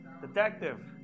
detective